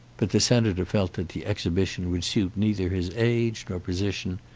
but the senator felt that the exhibition would suit neither his age nor position,